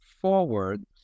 forward